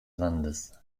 landes